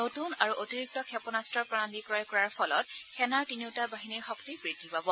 নতৃন আৰু অতিৰিক্ত ক্ষেপনাস্ত্ৰ প্ৰণালী ক্ৰয় কৰাৰ ফলত সেনাৰ তিনিওটা বাহিনীৰ শক্তি বৃদ্ধি পাব